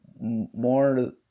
more